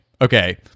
Okay